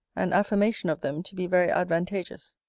an affirmation of them to be very advantageous.